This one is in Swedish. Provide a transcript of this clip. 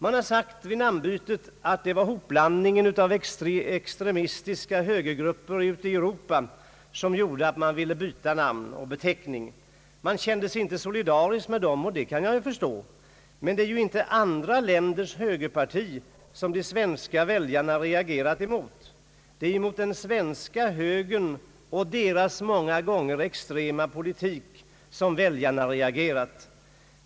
Vid namnbytet sades det att det var hopblandningen med extremistiska högergrupper ute i Europa som gjorde att man ville byta namn och beteckning. Man kände sig inte solidarisk med dem, och det kan jag förstå. Men det är ju inte andra länders högerparti som de svenska väljarna reagerat mot. Det är mot den svenska högern och dess många gånger extrema politik väljarna reagerat.